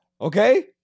okay